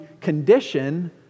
condition